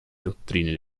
dottrine